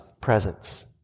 presence